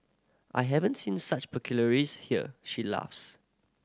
I haven't seen such here she laughs